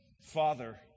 Father